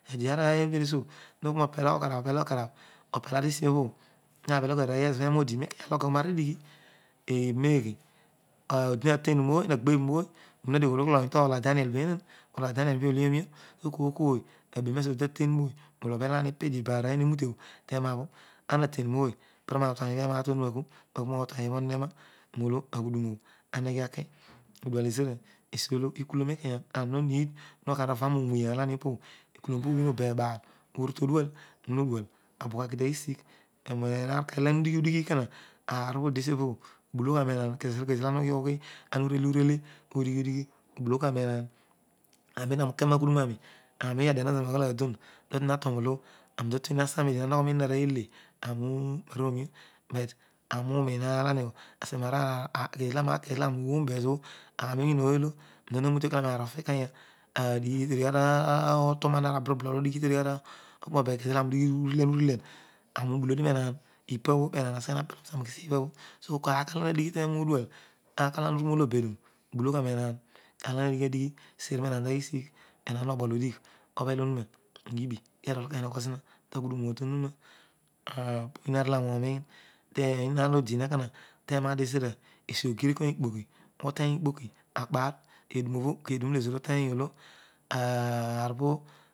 Eedi arooy obho iditesur hoghol roopela okara bkarab opela, tesnobhoby ha bhe loge marooy ezost ena odi roikewa alokiomys roidighi ebume ghe odoma tenroovy nagbemory, hagbesh nooy so koorkooy nezo odi tateny ooy rooru obhelami terpasa amaten dooy panatashi gatua mibhe vetog omurog kama agbi potua ibaa onoh enaa, roolo aghudur obho emeghe aki odual ezira esvolo ikulom rokeya and ho treed okaro ka roo vve olani opobro, obuw obebaer oni todnal obla odual taglisigh kon olo ha abellogha oehaah kezo kezo ona orele urehe urollogha reerary, arvenani kermaghuduro obohotami voy aveidon ami tatueri ator zaroi antni tasarme diam amogho taitran arory ele afara wravicon dishikua roikoki afgeral edusnobho edura olo ezira uteny olo aarobho.